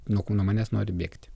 nuo ko nuo manęs nori bėgti